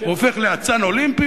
הוא הופך לאצן אולימפי?